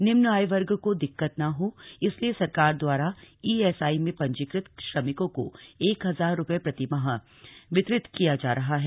निम्न आय वर्ग को दिक्कत न हो इसीलिए सरकार द्वारा ईएसआई में पंजीकत श्रमिकों को एक हजार रुपये प्रतिमाह वितरित किया जा रहा है